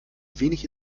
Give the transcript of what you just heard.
wenig